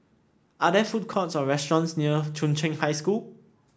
are there food courts or restaurants near Chung Cheng High School